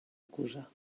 acusar